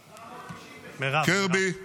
--- חברת הכנסת מירב כהן, קריאה ראשונה.